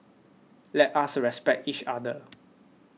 let us respect each other